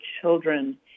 children